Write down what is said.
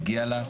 מגיע לה.